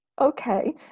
Okay